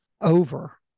over